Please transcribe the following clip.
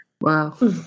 Wow